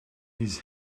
his